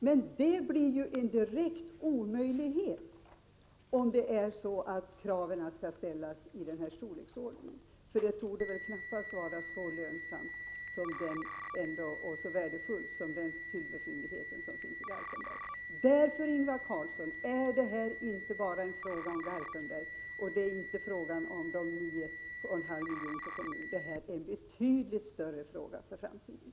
Men det blir en direkt omöjlighet om det ställs krav i den här storleksordningen. Det torde knappast finnas några andra så lönsamma och värdefulla fyndigheter som den silverfyndighet som finns i Garpenberg. Därför, Ingvar Carlsson, är det här inte bara en fråga om Garpenberg eller om de 9,5 miljonerna till kommunen — det här är en betydligt större fråga för framtiden.